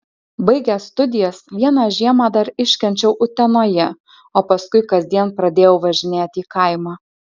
baigęs studijas vieną žiemą dar iškenčiau utenoje o paskui kasdien pradėjau važinėti į kaimą